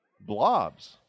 blobs